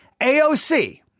AOC